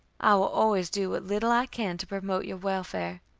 i will always do what little i can to promote your welfare.